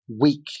weak